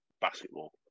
basketball